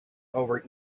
over